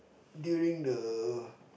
during the